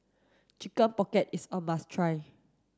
chicken pocket is a must try